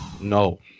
No